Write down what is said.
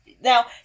Now